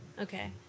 Okay